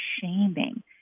shaming